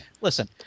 Listen